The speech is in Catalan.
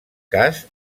cas